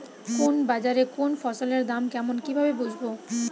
কোন বাজারে কোন ফসলের দাম কেমন কি ভাবে বুঝব?